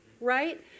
right